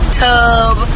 tub